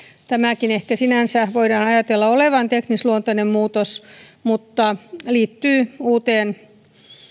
tämänkin ehkä sinänsä voidaan ajatella olevan teknisluontoinen muutos mutta se liittyy uuteen